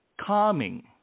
calming